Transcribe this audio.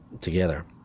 together